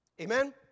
Amen